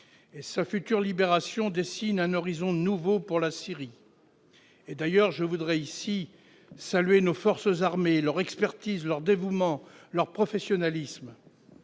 sa future libération dessine un horizon nouveau pour la Syrie. À cet égard, je salue nos forces armées, leur expertise, leur dévouement et leur professionnalisme.